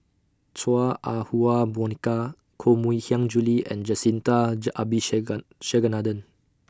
Chua Ah Huwa Monica Koh Mui Hiang Julie and Jacintha